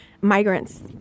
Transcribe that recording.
migrants